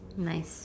nice